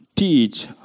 teach